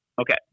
Okay